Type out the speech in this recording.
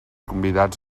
convidats